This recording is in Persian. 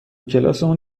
کلاسمون